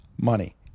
money